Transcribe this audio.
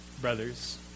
brothers